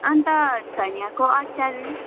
अन्त धनियाँको अचार